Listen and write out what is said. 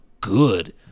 good